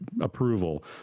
approval